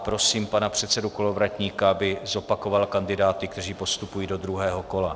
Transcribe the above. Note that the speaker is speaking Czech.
Prosím pana předsedu Kolovratníka, aby zopakoval kandidáty, kteří postupují do druhého kola.